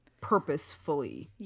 purposefully